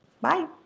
Bye